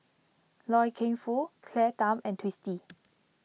Loy Keng Foo Claire Tham and Twisstii